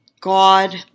God